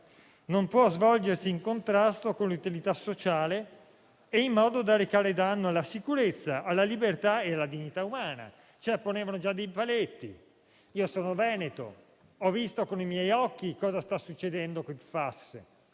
non può svolgersi in contrasto con l'utilità sociale e in modo da recare danno alla sicurezza, alla libertà e alla dignità: ponevano quindi già dei paletti. Io sono veneto e ho visto con i miei occhi cosa sta succedendo con le PFAS: